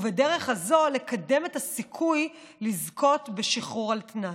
ובדרך הזאת לקדם את הסיכוי לזכות בשחרור על תנאי.